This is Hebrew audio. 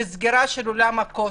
לסגירת עולם הכושר.